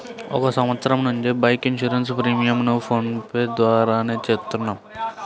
ఒక సంవత్సరం నుంచి బైక్ ఇన్సూరెన్స్ ప్రీమియంను ఫోన్ పే ద్వారానే చేత్తన్నాం